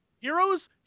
Heroes